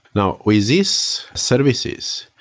now, with these services,